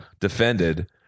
defended